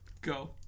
Go